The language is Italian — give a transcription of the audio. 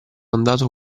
andato